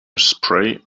spray